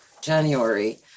January